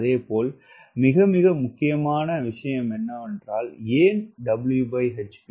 அதே போல் மிக மிக முக்கியமான விஷயம் என்னவென்றால் ஏன் Whp